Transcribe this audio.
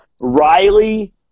Riley